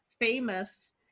famous